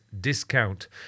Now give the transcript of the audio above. discount